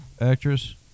Actress